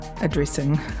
addressing